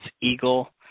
Eagle